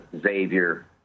Xavier